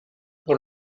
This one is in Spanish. por